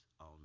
on